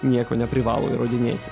nieko neprivalo įrodinėti